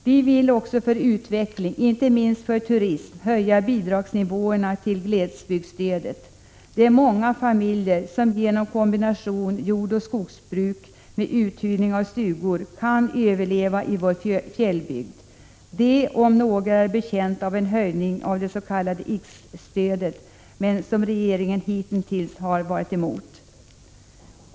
Vi vill också för utvecklingen, inte minst när det gäller turismen, höja bidragsnivåerna på glesbygdsstödet. Det är många familjer som genom kombination av jordoch skogsbruk med uthyrning av stugor kan överleva i vår fjällbygd. De om några är betjänta av en höjning av det s.k. IKS-stödet, men regeringen har hitintills varit emot detta.